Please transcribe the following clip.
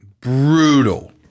Brutal